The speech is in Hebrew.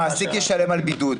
המעסיק ישלם על בידוד.